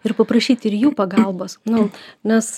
ir paprašyti ir jų pagalbos nu nes